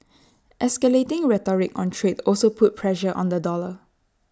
escalating rhetoric on trade also put pressure on the dollar